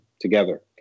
together